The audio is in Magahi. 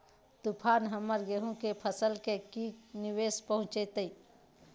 तूफान हमर गेंहू के फसल के की निवेस पहुचैताय?